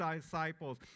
disciples